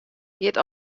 giet